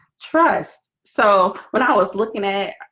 trust so when i was looking at